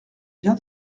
bien